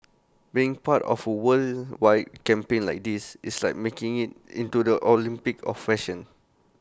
being part of worldwide campaign like this it's like making IT into the Olympics of fashion